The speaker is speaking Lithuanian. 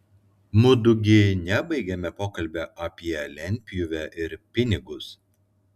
mudu gi nebaigėme pokalbio apie lentpjūvę ir pinigus